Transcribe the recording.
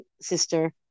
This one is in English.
sister